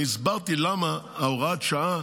הסברתי למה הוראת השעה